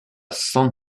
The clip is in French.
san